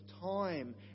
time